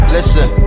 Listen